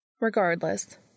Regardless